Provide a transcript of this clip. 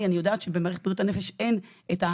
אני יודעת שאין במערכת בריאות הנפש את האפשרות